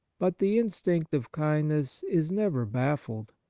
but the instinct of kindness is never baffled.